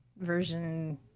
version